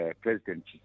President